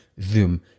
Zoom